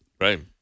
right